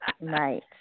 Right